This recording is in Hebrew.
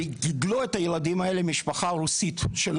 וגידלו את הילדים האלה משפחה רוסית של